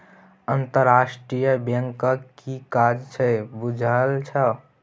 अंतरराष्ट्रीय बैंकक कि काज छै बुझल छौ?